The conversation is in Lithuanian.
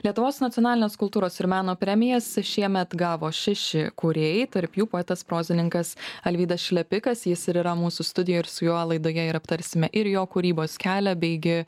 lietuvos nacionalines kultūros ir meno premijas šiemet gavo šeši kūrėjai tarp jų poetas prozininkas alvydas šlepikas jis ir yra mūsų studijoj ir su juo laidoje ir aptarsime ir jo kūrybos kelią beigi